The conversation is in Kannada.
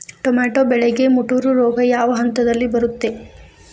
ಟೊಮ್ಯಾಟೋ ಬೆಳೆಗೆ ಮುಟೂರು ರೋಗ ಯಾವ ಹಂತದಲ್ಲಿ ಬರುತ್ತೆ?